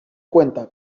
cuenta